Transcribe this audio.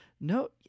no